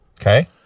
Okay